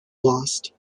lost